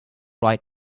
right